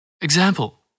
Example